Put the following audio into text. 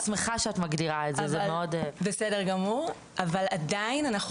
אבל עדיין אנחנו